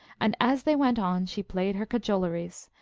and as they went on she played her cajoleries,